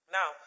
Now